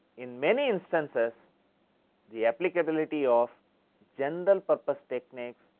in many instances the applicability of general purpose techniques,